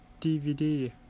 DVD